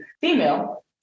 female